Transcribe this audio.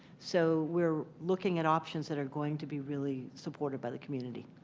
so we are looking at options that are going to be really supported by the community.